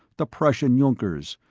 the prussian junkers,